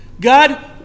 God